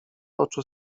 oczu